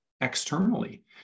Externally